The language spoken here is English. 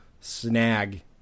snag